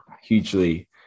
hugely